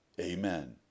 Amen